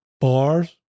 bars